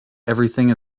everything